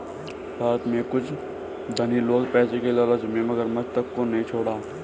भारत में कुछ धनी लोग पैसे की लालच में मगरमच्छ तक को नहीं छोड़ा